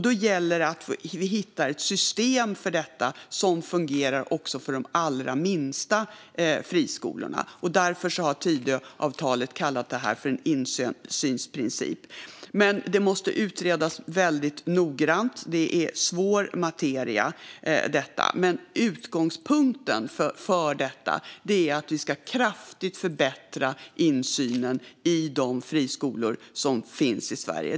Då gäller det att vi hittar ett system för detta som fungerar också för de allra minsta friskolorna. Därför har Tidöavtalet kallat det här för en insynsprincip. Men det måste utredas väldigt noggrant, för detta är svår materia. Utgångspunkten är att vi ska förbättra insynen kraftigt i de friskolor som finns i Sverige.